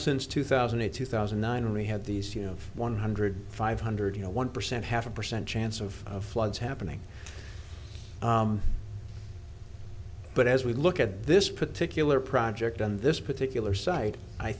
since two thousand and two thousand and nine we had these you know one hundred five hundred you know one percent half a percent chance of floods happening but as we look at this particular project on this particular site i